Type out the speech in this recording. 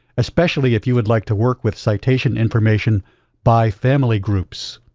especially if you would like to work with citation information by family groups.